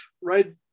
right